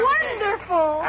Wonderful